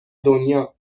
دنیا